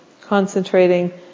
concentrating